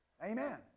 Amen